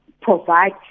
provide